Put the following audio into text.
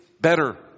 better